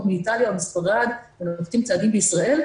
מאיטליה או מספרד ונוקטים צעדים בישראל,